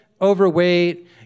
overweight